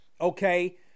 okay